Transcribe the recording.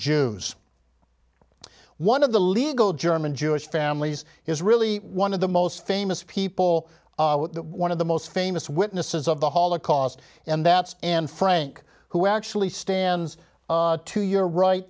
jews one of the legal german jewish families is really one of the most famous people one of the most famous witnesses of the holocaust and that's and frank who actually stands to you're right